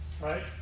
Right